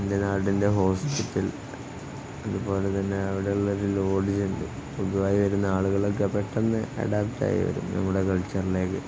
എൻ്റെ നാടിൻ്റെ ഹോസ്പിറ്റല് അതുപോലെ തന്നെ അവിടെയുള്ളൊരു ലോഡ്ജുണ്ട് പുതുതായി വരുന്നയാളുകളൊക്കെ പെട്ടെന്ന് അഡാപ്റ്റായി വരും നമ്മുടെ കൾച്ചറിലേക്ക്